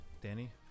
Danny